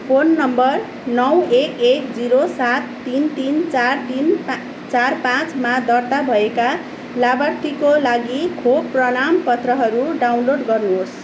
phone number नौ एक एक जिरो सात तिन तिन चार तिन पाँच चार पाँचमा दर्ता भएका लाभार्थीको लागि खोप प्रमाणपत्रहरू डाउनलोड गर्नुहोस्